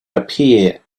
appear